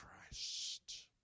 Christ